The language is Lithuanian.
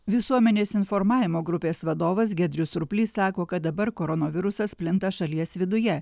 visuomenės informavimo grupės vadovas giedrius surplys sako kad dabar koronavirusas plinta šalies viduje